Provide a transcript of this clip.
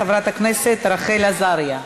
חברת הכנסת רחל עזריה.